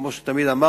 כמו שתמיד אמרנו,